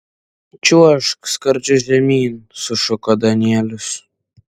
čiuožk skardžiu žemyn sušuko danielius